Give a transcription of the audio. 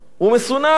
הוא מסונן.